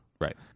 Right